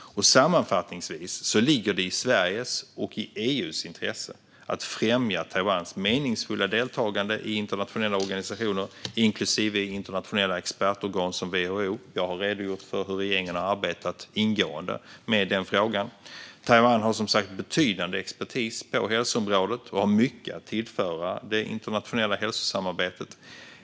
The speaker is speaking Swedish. Sammanfattningsvis ligger det i Sveriges och EU:s intresse att främja Taiwans meningsfulla deltagande i internationella organisationer, inklusive internationella expertorgan som WHO. Jag har redogjort för hur regeringen har arbetat ingående med den frågan. Taiwan har som sagt betydande expertis på hälsoområdet och har mycket att tillföra det internationella hälsosamarbetet.